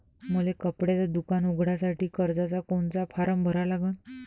मले कपड्याच दुकान उघडासाठी कर्जाचा कोनचा फारम भरा लागन?